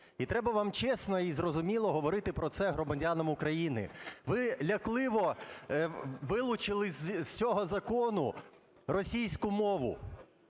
І треба вам чесно і зрозуміло говорити про це громадянам України. Ви лякливо вилучили з цього закону російську мову.